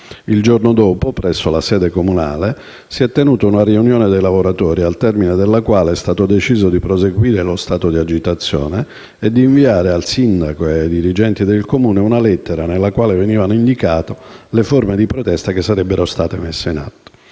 Il giorno dopo, presso la sede comunale, si è tenuta una riunione dei lavoratori al termine della quale è stato deciso di proseguire lo stato di agitazione e di inviare al sindaco e ai dirigenti del Comune una lettera nella quale venivano indicate le forme di protesta che sarebbero state messe in atto.